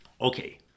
okay